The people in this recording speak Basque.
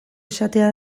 esatea